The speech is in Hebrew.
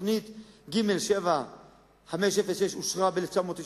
תוכנית ג/7506 אושרה ב-1996.